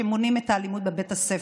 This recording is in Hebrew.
שמונעים את האלימות בבית הספר,